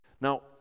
Now